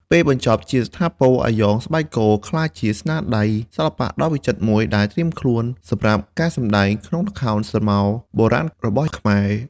ពេលបញ្ចប់ជាស្ថាពរ អាយ៉ងស្បែកគោក្លាយជាស្នាដៃសិល្បៈដ៏វិចិត្រមួយដែលត្រៀមខ្លួនសម្រាប់ការសម្តែងក្នុងល្ខោនស្រមោលបុរាណរបស់ខ្មែរ។